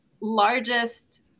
largest